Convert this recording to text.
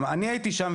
אני הייתי שם,